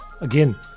again